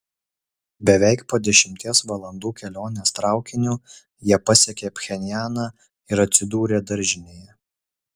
beveik po dešimties valandų kelionės traukiniu jie pasiekė pchenjaną ir atsidūrė daržinėje